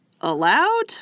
allowed